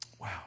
Wow